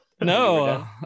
no